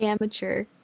Amateur